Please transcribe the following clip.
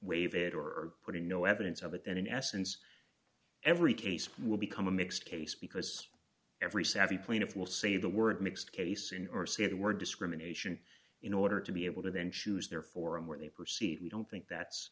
wave it or put in no evidence of it then in essence every case will become a mixed case because every savvy plaintiff will say the word mixed case in or say the word discrimination in order to be able to then choose their forum where they proceed we don't think that's